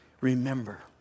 Remember